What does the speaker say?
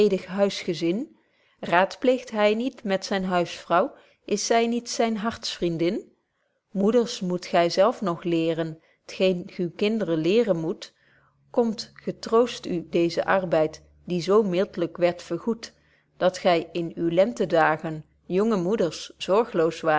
huisgezin raadpleegt hy niet met zyn huisvrouw is zy niet zyn hartvriendin moeders moet gy zelf nog leeren t geen g uw kindren leeren moet koomt getroost u dezen arbeid die zo mildlyk werd vergoed dat gy in uw lentedagen jonge moeders zorgloos